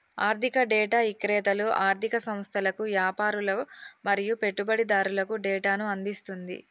ఆర్ధిక డేటా ఇక్రేతలు ఆర్ధిక సంస్థలకు, యాపారులు మరియు పెట్టుబడిదారులకు డేటాను అందిస్తుంది